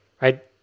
right